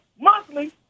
monthly